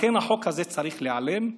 לכן, החוק הזה צריך להיעלם מהעולם.